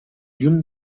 llum